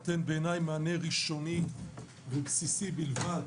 בעיניי נותן מענה ראשוני ובסיסי בלבד